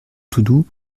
toudoux